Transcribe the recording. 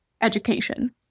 education